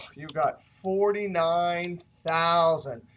you've got forty nine thousand